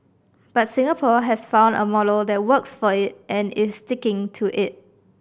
but Singapore has found a model that works for it and is sticking to it